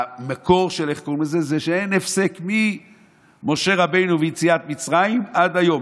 המקור של זה הוא שאין הפסק ממשה רבנו ויציאת מצרים ועד היום.